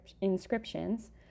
inscriptions